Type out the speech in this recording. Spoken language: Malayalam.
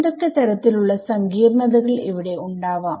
എന്തൊക്കെ തരത്തിലുള്ള സങ്കീർണ്ണതകൾ ഇവിടെ ഉണ്ടാവാം